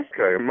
Okay